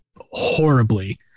horribly